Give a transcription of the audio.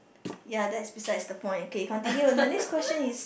ya that's besides the point okay continue the next question is